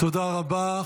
תודה רבה.